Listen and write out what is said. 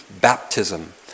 baptism